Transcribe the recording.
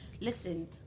Listen